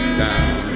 down